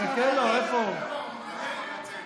תמשיך לדבר, אבל זה לא נספר.